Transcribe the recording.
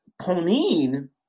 conine